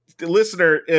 Listener